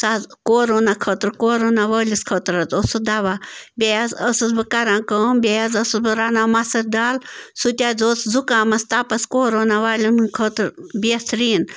سُہ حظ کورونا خٲطرٕ کورونا وٲلِس خٲطرٕ حظ اوس سُہ دَوا بیٚیہِ حظ ٲسٕس بہٕ کَران کٲم بیٚیہِ حظ ٲسٕس بہٕ رَنان مَسٕر دال سُتہِ حظ اوس زُکامَس تَپَس کورونا والٮ۪ن ۂنٛد خٲطرٕ بہتریٖن